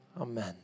Amen